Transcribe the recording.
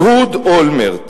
אהוד אולמרט,